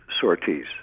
sorties